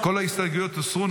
כל ההסתייגויות הוסרו.